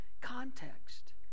context